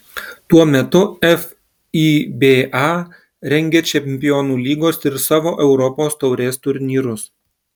tuo metu fiba rengia čempionų lygos ir savo europos taurės turnyrus